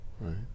Right